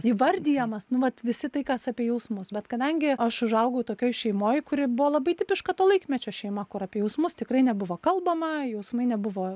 įvardijamas nu vat visi tai kas apie jausmus bet kadangi aš užaugau tokioj šeimoj kuri buvo labai tipiška to laikmečio šeima kur apie jausmus tikrai nebuvo kalbama jausmai nebuvo